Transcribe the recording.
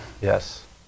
Yes